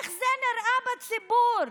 איך זה נראה בציבור?